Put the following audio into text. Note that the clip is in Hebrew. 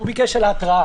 הוא ביקש על ההתראה.